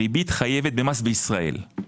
הריבית חייבת במס בישראל.